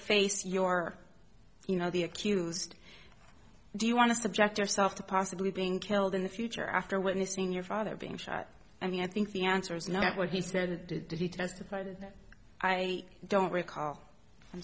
face your you know the accused do you want to subject yourself to possibly being killed in the future after witnessing your father being shot i mean i think the answer is not what he said he testified i don't recall i'm